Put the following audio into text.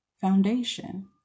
foundation